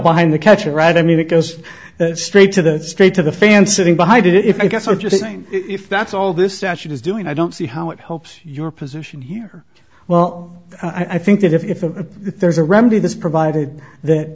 behind the catcher right i mean it goes straight to that straight to the fan sitting behind it if i guess what you're saying if that's all this statute is doing i don't see how it helps your position here well i think that if a there's a remedy this provided that